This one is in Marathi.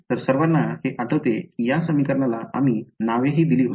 तर सर्वांना हे आठवते की या समीकरणाला आम्ही नावेही दिली होती